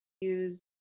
use